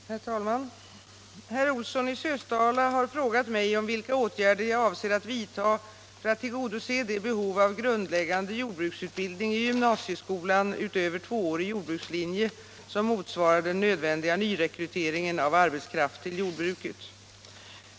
Herr talman! Herr Olsson i Sösdala har frågat mig vilka åtgärder jag avser att vidta för att tillgodose det behov av grundläggande jordbruksutbildning i gymnasieskolan utöver tvåårig jordbrukslinje, som motsvarar den nödvändiga nyrekryteringen av arbetskraft till jordbruket.